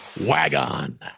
wagon